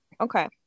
Okay